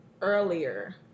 earlier